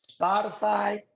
Spotify